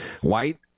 White